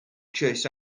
chase